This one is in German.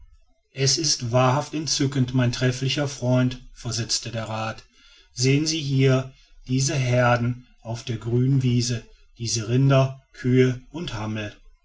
es ist wahrhaft entzückend mein trefflicher freund versetzte der rath sehen sie hier diese heerden auf der grünenden wiese diese rinder kühe und hammel